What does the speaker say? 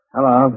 Hello